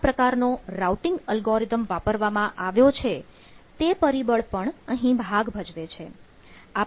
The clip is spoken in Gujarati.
કયા પ્રકારનો રાઉટીંગ અલગોરિધમ વાપરવામાં આવ્યો છે તે પરિબળ પણ અહીં ભાગ ભજવે છે